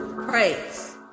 Praise